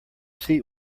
seat